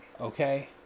Okay